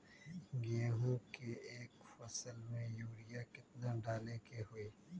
गेंहू के एक फसल में यूरिया केतना डाले के होई?